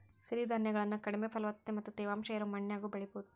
ಸಿರಿಧಾನ್ಯಗಳನ್ನ ಕಡಿಮೆ ಫಲವತ್ತತೆ ಮತ್ತ ತೇವಾಂಶ ಇರೋ ಮಣ್ಣಿನ್ಯಾಗು ಬೆಳಿಬೊದು